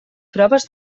proves